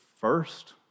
first